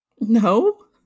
no